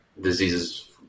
diseases